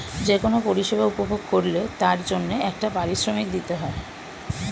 যে কোন পরিষেবা উপভোগ করলে তার জন্যে একটা পারিশ্রমিক দিতে হয়